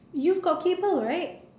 you've got cable right